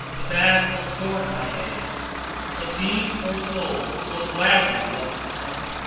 the bad will scorn, my aid but these poor souls will gladly welcome help.